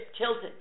tilted